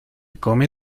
come